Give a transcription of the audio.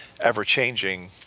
ever-changing